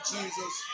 Jesus